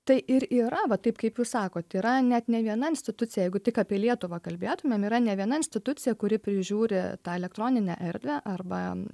tai ir yra va taip kaip jūs sakot yra net ne viena institucija jeigu tik apie lietuvą kalbėtumėm yra nė viena institucija kuri prižiūri tą elektroninę erdvę arba